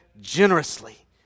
generously